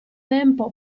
tempo